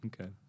Okay